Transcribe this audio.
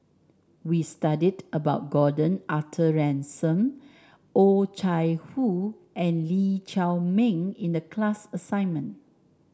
we studied about Gordon Arthur Ransome Oh Chai Hoo and Lee Chiaw Meng in the class assignment